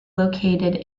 located